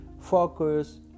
focus